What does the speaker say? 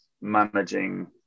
managing